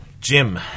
Jim